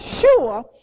sure